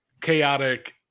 chaotic